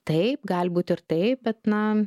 taip gali būt ir taip bet na